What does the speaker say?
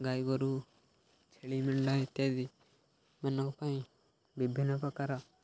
ଗାଈ ଗୋରୁ ଛେଳି ମେଣ୍ଢା ଇତ୍ୟାଦିମାନଙ୍କ ପାଇଁ ବିଭିନ୍ନପ୍ରକାର